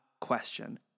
question